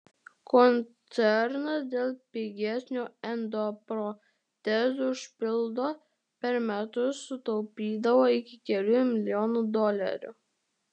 koncernas dėl pigesnio endoprotezų užpildo per metus sutaupydavo iki kelių milijonų dolerių